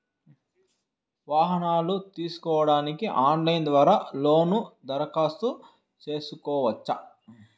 వాహనాలు తీసుకోడానికి ఆన్లైన్ ద్వారా లోను దరఖాస్తు సేసుకోవచ్చా?